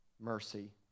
mercy